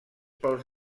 pels